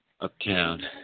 Uptown